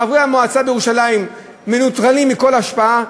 חברי המועצה בירושלים מנוטרלים מכל השפעה,